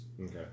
okay